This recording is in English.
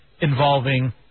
involving